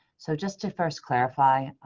so just to first clarify,